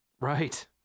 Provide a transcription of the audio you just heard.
Right